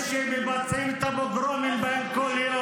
הפלסטינים יחיו בחירות ובכבוד,